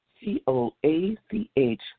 C-O-A-C-H